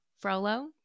Frollo